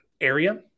area